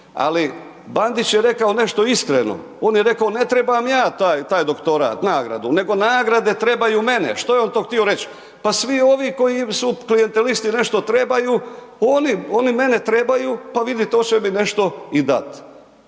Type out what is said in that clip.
ali Bandić je rekao nešto iskreno, on je rekao ne trebam ja taj doktorat, nagradu nego nagrade trebaju mene. Što je on to htio reć? Pa svi ovi koji su klijentelisti nešto trebaju, oni mene trebaju pa vidite, hoće mi nešto i dat.